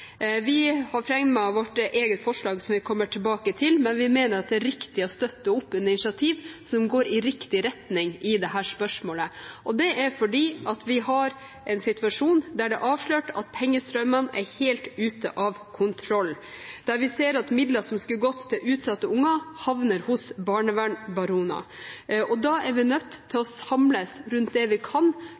Vi har fremmet vårt eget forslag, som vi kommer tilbake til, men vi mener at det er riktig å støtte opp under initiativ som går i riktig retning i dette spørsmålet, fordi vi har en situasjon der det er avslørt at pengestrømmene er helt ute av kontroll, og der vi ser at midler som skulle gått til utsatte unger, havner hos barnevernsbaroner. Da er vi nødt til å samles rundt det vi kan,